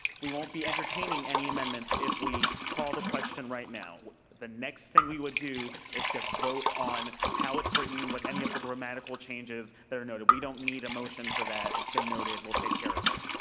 we won't be entertaining any amendments if we call the question right now. the next thing we would do is just vote on how it's written, what any of the dramatical changes that are noted. we don't need a motion for that. it's been noted. we'll take care of it.